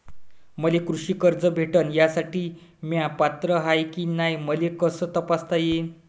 मले कृषी कर्ज भेटन यासाठी म्या पात्र हाय की नाय मले कस तपासता येईन?